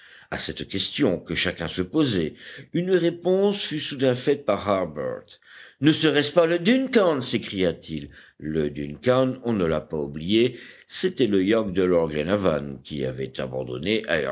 à cette question que chacun se posait une réponse fut soudain faite par harbert ne serait-ce pas le duncan s'écria-t-il le duncan on ne l'a pas oublié c'était le yacht de lord glenarvan qui avait abandonné